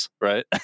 right